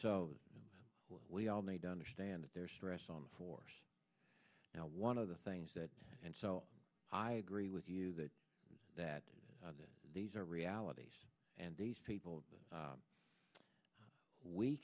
so we all need to understand their stress on the force now one of the things that and so i agree with you that that these are realities and these people